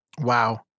Wow